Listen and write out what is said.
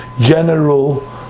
general